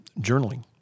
journaling